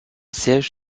siège